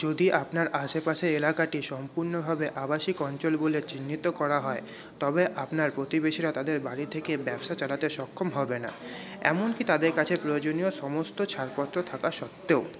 যদি আপনার আশেপাশের এলাকাটি সম্পূর্ণভাবে আবাসিক অঞ্চল বলে চিহ্নিত করা হয় তবে আপনার প্রতিবেশীরা তাদের বাড়ি থেকে ব্যবসা চালাতে সক্ষম হবে না এমনকি তাদের কাছে প্রয়োজনীয় সমস্ত ছাড়পত্র থাকা সত্ত্বেও